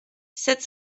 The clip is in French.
sept